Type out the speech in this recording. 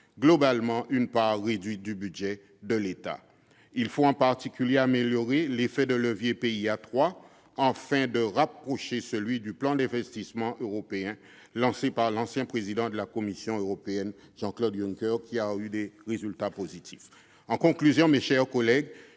globalement une part réduite du budget de l'État. Il faut, en particulier, améliorer l'effet de levier du PIA 3, afin de le rapprocher de celui du Plan d'investissement pour l'Europe lancé par l'ancien président de la Commission européenne, Jean-Claude Juncker, qui a obtenu des résultats très positifs. J'ai formulé un certain